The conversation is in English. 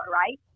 right